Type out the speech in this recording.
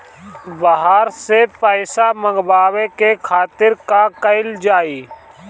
बाहर से पइसा मंगावे के खातिर का कइल जाइ?